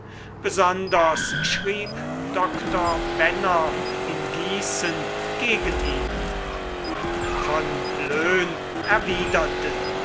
besonders schrieb dr benner in gießen gegen ihn von loen erwiderte